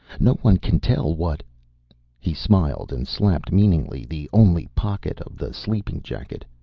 no one can tell what he smiled and slapped meaningly the only pocket of the sleeping jacket.